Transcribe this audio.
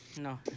No